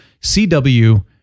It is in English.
CW